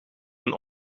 hun